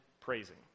praising